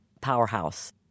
powerhouse